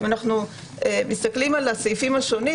אנו מסתכלים על הסעיפים השונים,